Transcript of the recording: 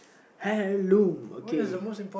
Hellum okay